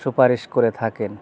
সুপারিশ করে থাকেন